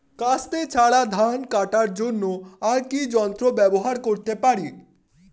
কাস্তে ছাড়া ধান কাটার জন্য আর কি যন্ত্র ব্যবহার করতে পারি?